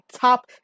top